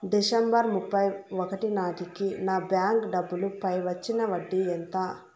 December ముప్పై ఒకటి నాటేకి నా బ్యాంకు డబ్బుల పై వచ్చిన వడ్డీ ఎంత?